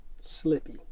Slippy